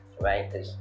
right